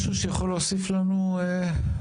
משהו שיכול להוסיף לנו לדיון?